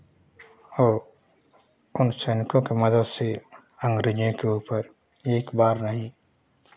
और उन सैनिकों के मदद से अंग्रेजों के ऊपर एक बार नहीं